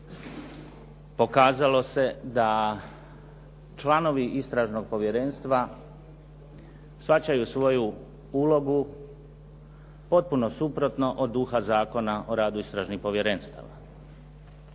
pokazalo se da članovi Istražnog povjerenstva shvaćaju svoju ulogu potpuno suprotno od duha Zakona o radu istražnih povjerenstava.